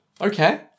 Okay